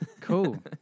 Cool